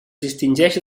distingeix